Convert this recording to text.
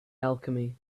alchemy